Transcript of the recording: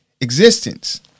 existence